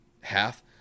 half